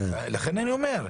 כמובן.